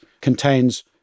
contains